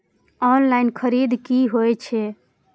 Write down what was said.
Online खरीद की होए छै?